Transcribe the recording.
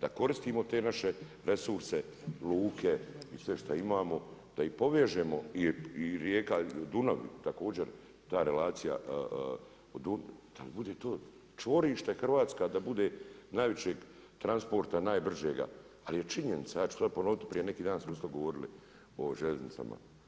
da koristimo te naše resurse, luke i sve šta imamo, da ih povežemo, i rijeka Dunav, također, ta relacija, da bude to čvorište Hrvatska, da bude najvećeg transporta, najbržega, ali je činjenica, da ću to ponovit prije neki dan smo isto govorili o željeznicama.